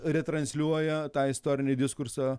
retransliuoja tą istorinį diskursą